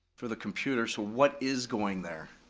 for the computer, so what is going there?